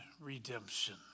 redemption